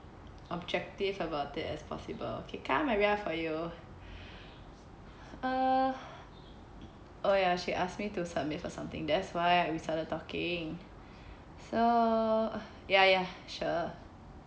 objective about that as possible keep calm I'm here for you uh oh ya she asked me to submit for something that's why we started talking so ya ya sure